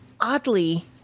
oddly